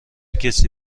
کسی